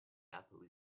apple